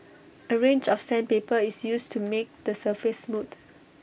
A range of sandpaper is used to make the surface smooth